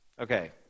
Okay